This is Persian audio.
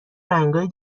رنگای